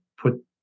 put